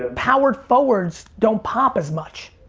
ah power forwards don't pop as much.